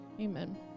Amen